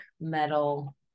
metal